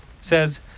says